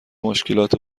مشکلات